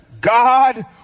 God